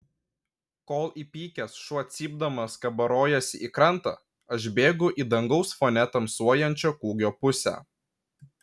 kol įpykęs šuo cypdamas kabarojasi į krantą aš bėgu į dangaus fone tamsuojančio kūgio pusę